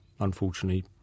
Unfortunately